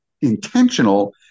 intentional